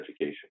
education